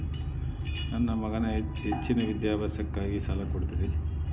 Sir ನನ್ನ ಮಗನ ಹೆಚ್ಚಿನ ವಿದ್ಯಾಭ್ಯಾಸಕ್ಕಾಗಿ ಸಾಲ ಕೊಡ್ತಿರಿ?